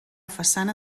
façana